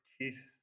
Jesus